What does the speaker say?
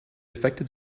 affected